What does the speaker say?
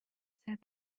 said